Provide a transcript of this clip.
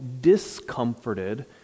discomforted